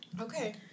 Okay